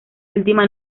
última